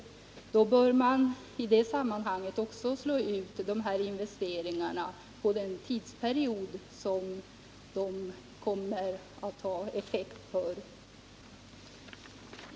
Man bör i det sammanhanget slå ut investeringarna på den tidsperiod under vilken de kommer att ha effekt.